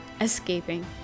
escaping